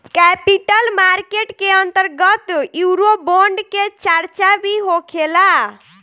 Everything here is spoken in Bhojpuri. कैपिटल मार्केट के अंतर्गत यूरोबोंड के चार्चा भी होखेला